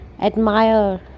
admire